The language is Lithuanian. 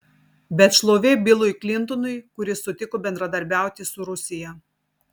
bet šlovė bilui klintonui kuris sutiko bendradarbiauti su rusija